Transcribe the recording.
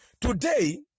Today